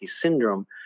syndrome